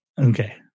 Okay